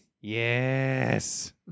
yes